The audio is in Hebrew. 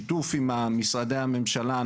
בשיתוף עם משרדי הממשלה,